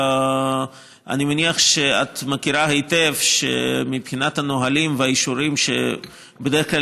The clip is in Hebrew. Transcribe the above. אני מניח שאת יודעת היטב שמבחינת הנהלים והאישורים בדרך כלל